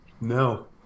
No